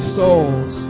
souls